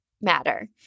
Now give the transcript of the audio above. matter